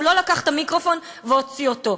הוא לא לקח את המיקרופון והוציא אותו.